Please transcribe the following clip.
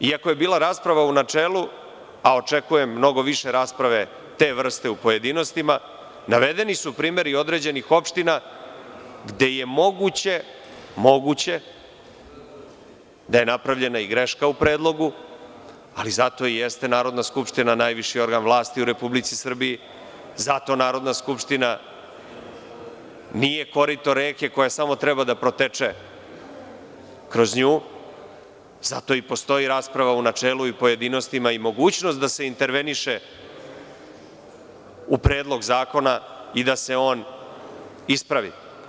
Iako je bila rasprava u načelu, a očekujem mnogo više rasprave te vrste u pojedinostima, navedeni su primeri određenih opština gde je moguće da je napravljena greška u predlogu, ali zato i jeste Narodna skupština najviši organ vlasti u Republici Srbiji, zato Narodna skupština nije korito reke koja samo treba da proteče kroz nju i zato i postoji rasprava u načelu i u pojedinostima i mogućnost da se interveniše u predlog zakona i da se on ispravi.